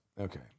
Okay